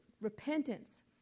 Repentance